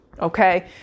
Okay